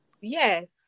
Yes